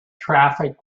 traffic